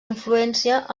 influència